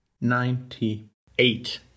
ninety-eight